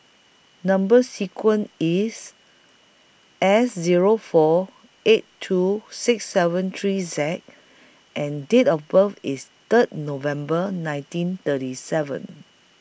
Number sequence IS S Zero four eight two six seven three Z and Date of birth IS Third November nineteen thirty seven